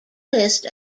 list